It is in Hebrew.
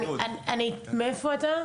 מי אתה?